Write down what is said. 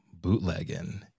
bootlegging